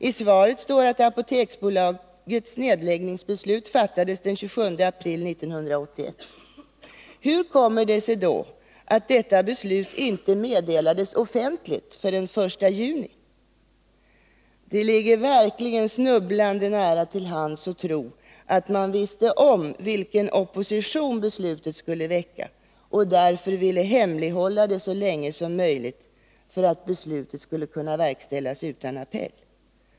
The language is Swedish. I svaret står att Apoteksbolagets nedläggningsbeslut fattades den 27 april 1981. Hur kommer det sig då att detta beslut inte meddelades offentligt förrän den 1 juni? Det ligger verkligen snubblande nära till hands att tro att man visste om vilken opposition beslutet skulle väcka och därför ville hemlighålla det så länge som möjligt för att beslutet skulle kunna verkställas utan appell.